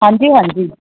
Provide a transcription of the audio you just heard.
ਹਾਂਜੀ ਹਾਂਜੀ